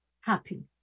happy